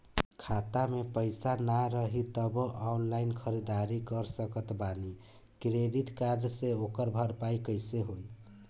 खाता में पैसा ना रही तबों ऑनलाइन ख़रीदारी कर सकत बानी क्रेडिट कार्ड से ओकर भरपाई कइसे होई?